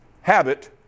habit